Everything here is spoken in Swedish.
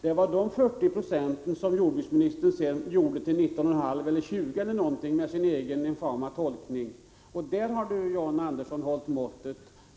Det var dessa 40 90 som jordbruksministern med sin egen infama tolkning gjorde till ungefär 19,5 eller 20 96. I det avseendet har John Andersson hållit måttet.